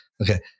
Okay